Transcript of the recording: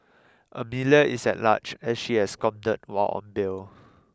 Amelia is at large as she absconded while on bail